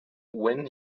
when